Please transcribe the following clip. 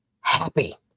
happy